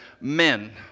men